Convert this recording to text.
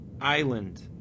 island